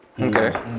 Okay